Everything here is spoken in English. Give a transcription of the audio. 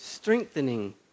strengthening